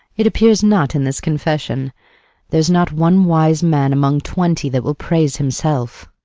it appears not in this confession there's not one wise man among twenty that will praise himself.